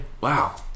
wow